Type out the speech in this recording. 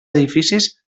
edificis